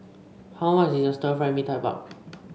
how much is Stir Fry Mee Tai Mak